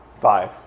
Five